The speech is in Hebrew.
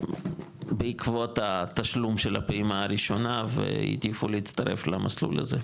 בעקבות התשלום של הפעימה הראשונה והעדיפו להצטרף למסלול הזה,